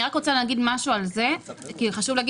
אני רוצה לומר על זה משהו כי חשוב להגיד.